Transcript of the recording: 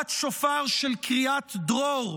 תקיעת שופר של קריאת דרור,